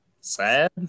sad